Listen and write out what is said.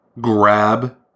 grab